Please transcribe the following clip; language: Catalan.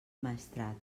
maestrat